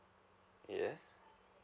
yes